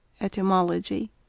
Etymology